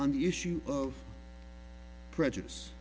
on the issue of prejudice